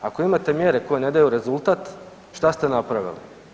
Ako imate mjere koje ne daju rezultat šta ste napravili?